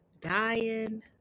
dying